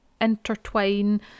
intertwine